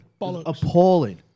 Appalling